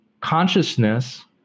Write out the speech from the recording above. Consciousness